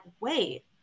wait